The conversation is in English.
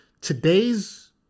today's